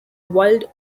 wild